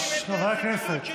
חברי הכנסת.